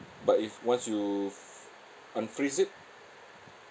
but if once you fr~ unfreeze it